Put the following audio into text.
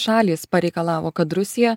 šalys pareikalavo kad rusija